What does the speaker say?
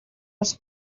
els